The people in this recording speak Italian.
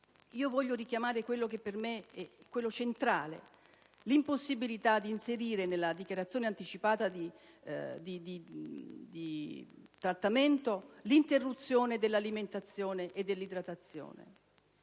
Voglio richiamare il tema per me centrale, ossia l'impossibilità di inserire nella dichiarazione anticipata di trattamento l'interruzione dell'alimentazione e dell'idratazione.